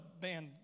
band